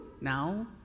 now